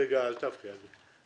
רגע, אל תפריע לי.